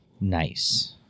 Nice